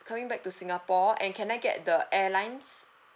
coming back to singapore and can I get the airlines